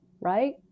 Right